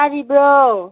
ꯇꯥꯔꯤꯕ꯭ꯔꯣ